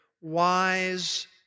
wise